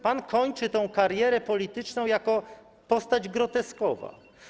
Pan kończy tę karierę polityczną jako postać groteskowa.